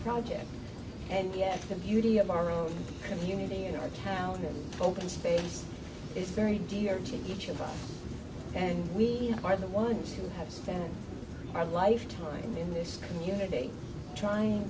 project and get the beauty of our own community in our county open space is very dear to each of us and we are the ones who have spent my lifetime in this community trying